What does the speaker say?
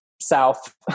south